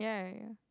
yeah yeah yeah